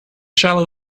shallow